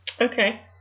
Okay